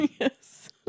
Yes